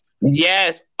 Yes